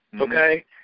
okay